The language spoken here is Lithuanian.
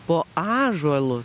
po ąžuolu